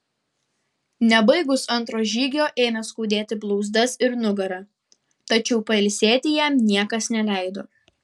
nebaigus antro žygio ėmė skaudėti blauzdas ir nugarą tačiau pailsėti jam niekas neleido